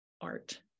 art